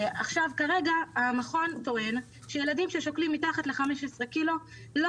כרגע המכון טוען שילדים ששוקלים מתחת ל-15 קילוגרם לא